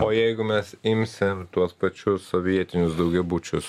o jeigu mes imsim tuos pačius sovietinius daugiabučius